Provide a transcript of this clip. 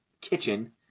kitchen